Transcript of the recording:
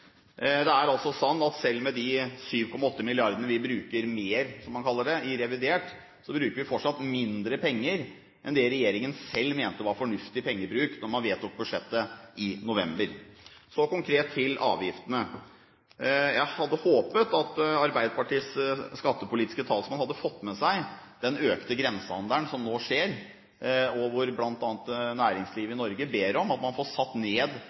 Det er altså slik at selv med de 7,8 mrd. kr vi bruker mer, som man kaller det, i revidert, bruker vi fortsatt mindre penger enn det regjeringen selv mente var fornuftig pengebruk da man vedtok budsjettet i november. Så konkret til avgiftene. Jeg hadde håpet at Arbeiderpartiets skattepolitiske talsmann hadde fått med seg den økte grensehandelen som nå skjer. Blant annet næringslivet i Norge ber om at man får satt ned